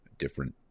Different